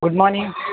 good morning